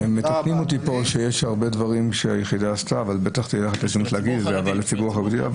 מתקנים אותי פה שיש הרבה דברים שהיחידה עשתה לציבור החרדי.